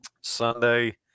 Sunday